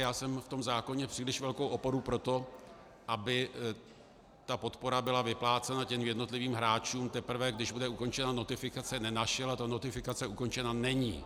Já jsem v tom zákoně příliš velkou oporu pro to, aby podpora byla vyplácena jednotlivým hráčům, teprve když bude ukončena notifikace, nenašel, a ta notifikace ukončena není.